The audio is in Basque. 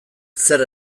zer